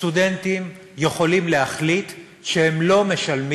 סטודנטים יכולים להחליט שהם לא משלמים